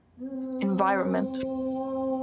environment